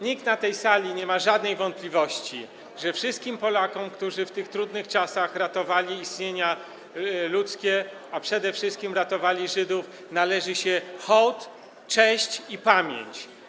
Nikt na tej sali nie ma żadnej wątpliwości, że wszystkim Polakom, którzy w tych trudnych czasach ratowali istnienia ludzkie, a przede wszystkim ratowali Żydów, należy się hołd, cześć i pamięć.